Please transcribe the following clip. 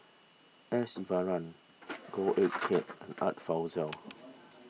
S Iswaran Goh Eck Kheng and Art Fazil